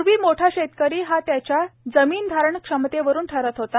पूर्वी मोठा शेतकरी हा त्याच्या जमीन धारण क्षमते वरून ठरत होता